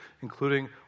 including